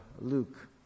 Luke